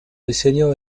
diseño